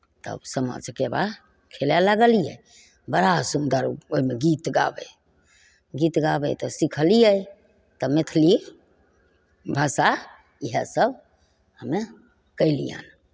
तब सामा चकेबा खेलै लगलिए बड़ा सुन्दर ओहिमे गीत गाबै गीत गाबै तऽ सिखलिए तऽ मैथिली भाषा इएहसब हमे कएलिअनि